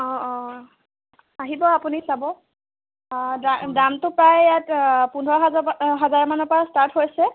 অঁ অঁ আহিব আপুনি চাব দামটো প্ৰায় ইয়াত পোন্ধৰ হাজাৰমানৰপৰা হাজাৰমানৰপৰা ষ্টাৰ্ট হৈছে